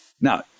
Now